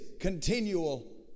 continual